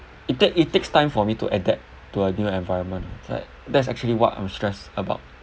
it takes it takes time for me to adapt to a new environment like that's actually what I'm stressed about